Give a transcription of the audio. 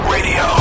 Radio